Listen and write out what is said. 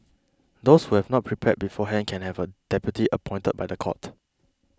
those who have not prepared beforehand can have a deputy appointed by the court